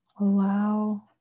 Allow